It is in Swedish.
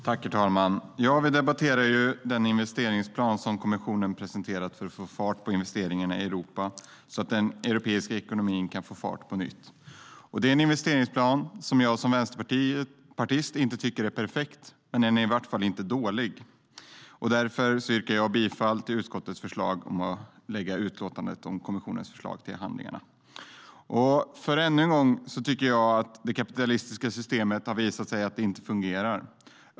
Herr talman! Vi debatterar den investeringsplan som kommissionen har presenterat för att få fart på investeringarna i Europa, så att den europeiska ekonomin kan få fart på nytt. Det är en investeringsplan som jag som vänsterpartist inte tycker är perfekt, men den är i alla fall inte dålig. Därför yrkar jag bifall till utskottets förslag om att lägga utlåtandet om kommissionens förslag till handlingarna. Ännu en gång har det visat sig att det kapitalistiska systemet inte fungerar.